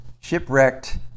shipwrecked